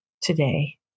today